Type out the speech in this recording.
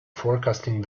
forecasting